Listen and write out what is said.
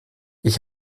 ich